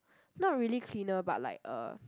not really cleaner but like uh